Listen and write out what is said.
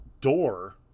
door